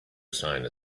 assigned